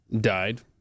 died